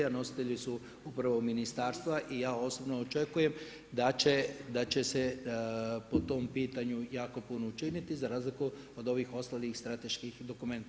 A nositelji su prvo ministarstva i ja osobno očekujem da će se po tom pitanju jako puno učiniti, za razliku od ovih ostalih strateških dokumenata.